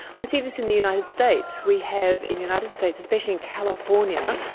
i see this in the united states. we have in the united states, especially in california,